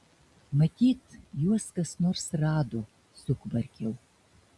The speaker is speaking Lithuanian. matyt juos kas nors rado sukvarkiau